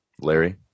Larry